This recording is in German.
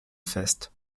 fest